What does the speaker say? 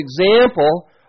example